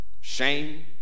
shame